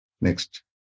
next